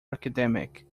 academic